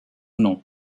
nom